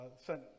sent